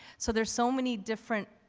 so there's so many different,